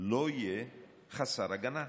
לא יהיה חסר הגנה".